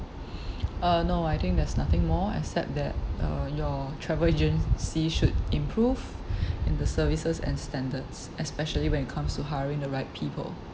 uh no I think there's nothing more except that uh your travel agency should improve in the services and standards especially when it comes to hiring the right people